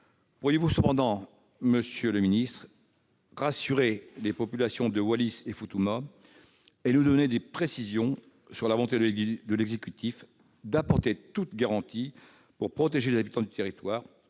Pourriez-vous cependant, monsieur le ministre, rassurer les populations de Wallis-et-Futuna et nous donner des précisions sur la volonté de l'exécutif d'apporter toutes garanties pour protéger les habitants et faire